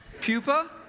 pupa